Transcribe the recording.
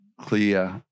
clear